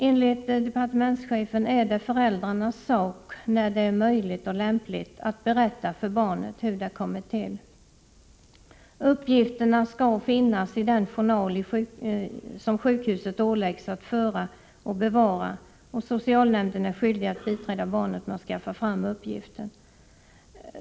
Enligt departementschefen ”är det föräldrarnas sak, när det är möjligt och lämpligt, att berätta för barnet hur det kommit till”. Uppgifterna skall finnas i den journal sjukhuset åläggs att föra och bevara, och socialnämnden är skyldig att biträda barnet med att skaffa fram uppgiften.